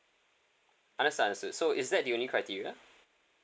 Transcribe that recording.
understood understood so is that the only criteria